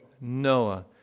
Noah